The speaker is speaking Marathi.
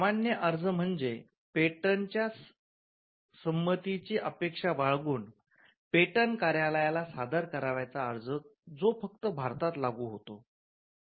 सामान्य अर्ज म्हणजे पेटंटच्या संमती ची अपेक्षा बाळगून पेटंट कार्यालयाला सादर करावयाचा अर्ज जो फक्त भारतात लागू होतो